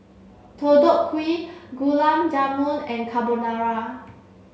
Deodeok Gui Gulab Jamun and Carbonara